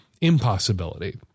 impossibility